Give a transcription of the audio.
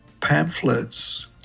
pamphlets